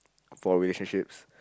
for relationships